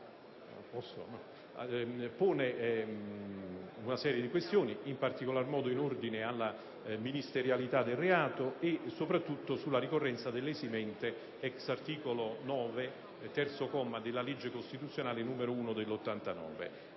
pone una serie di questioni, in particolar modo in ordine alla ministerialità del reato e, soprattutto, sulla ricorrenza dell'esimente *ex* articolo 9, terzo comma, della legge costituzionale n. 1 del 1989,